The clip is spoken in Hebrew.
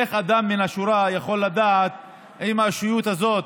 איך אדם מן השורה יכול לדעת אם הישות הזאת,